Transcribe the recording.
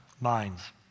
minds